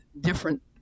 different